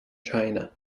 china